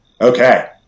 Okay